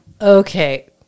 Okay